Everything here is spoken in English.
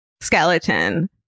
Skeleton